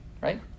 right